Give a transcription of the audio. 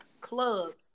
clubs